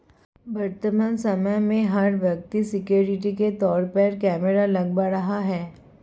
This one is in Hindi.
वर्तमान समय में, हर व्यक्ति सिक्योरिटी के तौर पर कैमरा लगवा रहा है